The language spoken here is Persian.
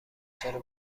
چرا